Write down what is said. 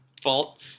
fault